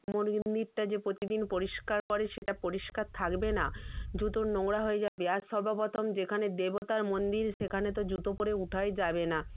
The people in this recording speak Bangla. মরিন্দিরটা যে প্রতিদিন পরিষ্কার করে সেটা পরিষ্কার থাকবে না জুতোর নোংরা হয়ে যাবে আর সর্বপ্রথম যেখানে দেবতার মন্দির সেখানে তো জুতো পরে ওঠাই যাবে না